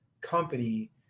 company